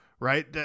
Right